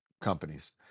companies